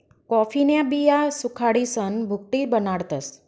कॉफीन्या बिया सुखाडीसन भुकटी बनाडतस